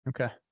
Okay